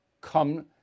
come